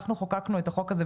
כשחוקקנו את החוק הזה,